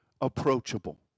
approachable